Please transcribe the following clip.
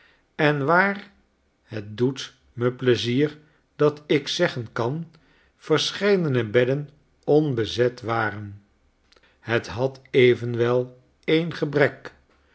en waar het doet me pleizier dat ik zeggenkan verscheidene bedden onbezet waren het had evenwel een gebrek